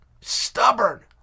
stubborn